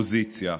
פוזיציה.